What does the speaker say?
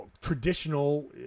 traditional